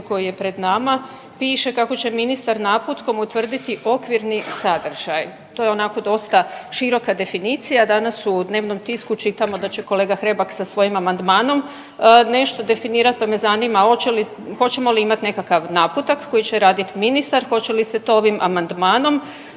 koji je pred nama piše kako će ministar naputkom utvrditi okvirni sadržaj. To je onako dosta široka definicija, danas u dnevnom tisku čitamo da će kolega Hrebak sa svojim amandmanom nešto definirat pa me zanima hoćemo li imati nekakav naputak koji će raditi ministar, hoće li se to ovim amandmanom